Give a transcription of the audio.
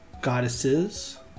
Goddesses